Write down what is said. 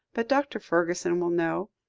but dr. fergusson will know.